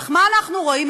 אך מה אנו רואים?